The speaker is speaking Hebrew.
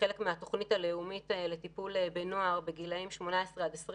כחלק מהתוכנית הלאומית לטיפול בנוער בגילאי 18 עד 26